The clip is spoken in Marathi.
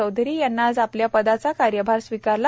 चौधरी यांनी आज आपल्या पदाचा कार्यभार स्वीकारला